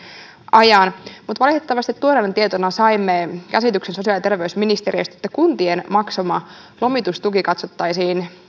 ajan mutta valitettavasti tuoreena tietona saimme käsityksen sosiaali ja terveysministeriöstä että kuntien maksama lomitustuki katsottaisiin